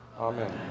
Amen